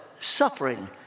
suffering